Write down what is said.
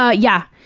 ah yeah.